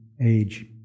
age